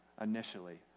initially